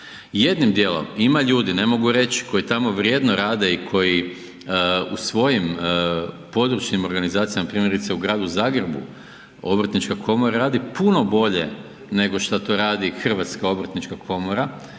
Jednim dijelom ima ljudi, ne mogu reći koji tamo vrijedno rade i koji u svojim područnim organizacijama primjerice u gradu Zagrebu, obrtnička komora radi puno bolje nego šta to radi HOK jer za razliku od